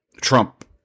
Trump